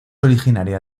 originaria